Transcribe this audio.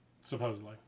Supposedly